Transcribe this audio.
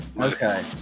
okay